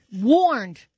warned